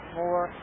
more